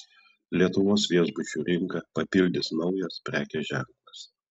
lietuvos viešbučių rinką papildys naujas prekės ženklas